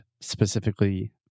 specifically